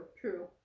true